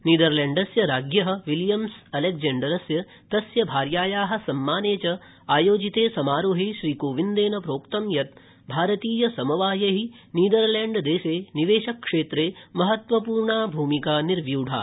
नीदरलैण्डस्य राज्ञ विलियम अलैक्जेन्डरस्य तस्य भार्याया सम्माने च आयोजिते समारोहे श्री कोविन्देन प्रोक्तं यत् भारतीय समवायै नीदरलैण्डे निवेश क्षेत्रे महत्त्वपूर्णा भूमिका निर्व्यूढा